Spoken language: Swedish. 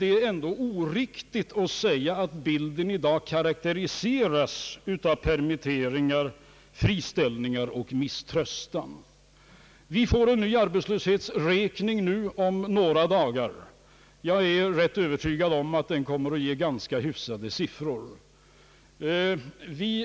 Det är ändå oriktigt att säga, att bilden i dag karakteriseras av permitteringar, friställningar och misströstan. Vi får en ny arbetslöshetsräkning om några dagar. Jag är rätt övertygad om att den kommer att ge ganska hyfsade siffror.